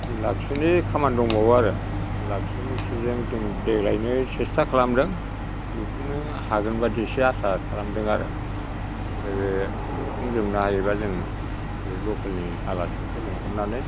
थिन लाखसोनि खामानि दंबावो आरो थिनलाखसिमसो जों देग्लायनो सेस्ता खालामदों लुफुंनो हागोनबादि एसे आसा खालामदों आरो ओमफ्राय बे लुफुंजोबनो हायोबा जों बे लखेलनि आलासिफोरखौ लेंहरनानै